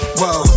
whoa